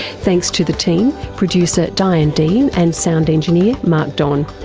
thanks to the team, producer diane dean and sound engineer mark don.